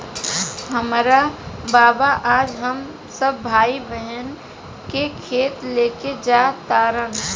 हामार बाबा आज हम सब भाई बहिन के खेत लेके जा तारन